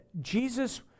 Jesus